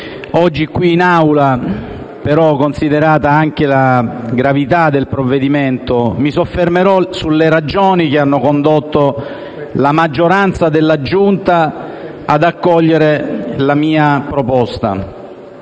Oggi in Assemblea, considerata la gravità del provvedimento, mi soffermerò sulle ragioni che hanno condotto la maggioranza della Giunta ad accogliere la mia proposta.